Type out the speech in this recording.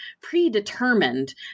predetermined